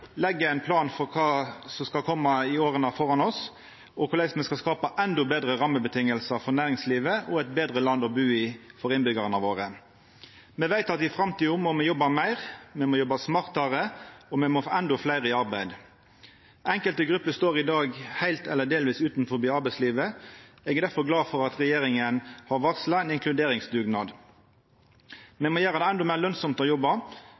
legg ein plan for kva som skal koma i åra som ligg framfor oss, og for korleis me skal skapa endå betre rammevilkår for næringslivet og eit betre land å bu i for innbyggjarane våre. Me veit at i framtida må me jobba meir, me må jobba smartare, og me må få endå fleire i arbeid. Enkelte grupper står i dag heilt eller delvis utanfor arbeidslivet, og eg er difor glad for at regjeringa har varsla ein inkluderingsdugnad. Me må gjera det endå meir lønsamt å jobba,